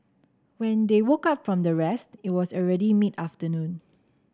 when they woke up from their rest it was already mid afternoon